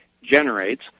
Generates